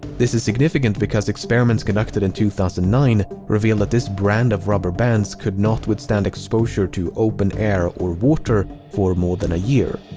this is significant because experiments conducted in two thousand and nine revealed that this brand of rubber bands could not withstand exposure to open-air or water for more than a year.